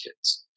kids